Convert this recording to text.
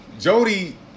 Jody